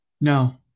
No